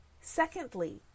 Secondly